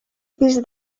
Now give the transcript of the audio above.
pis